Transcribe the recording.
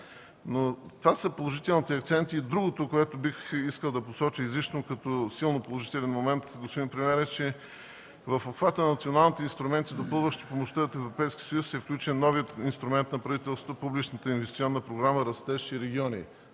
Това са положителните акценти. Другото, което бих искал изрично да посоча като силно положителен момент, господин премиер, е, че в обхвата на националните инструменти, допълващи помощта от Европейския съюз е включен новият инструмент на правителството – Публичната инвестиционна програма „Растеж и региони“.